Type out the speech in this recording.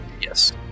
Yes